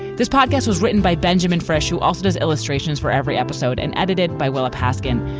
this podcast was written by benjamin fresh, who also does illustrations for every episode and edited by willa paskin.